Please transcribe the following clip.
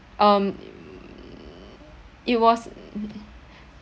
um it was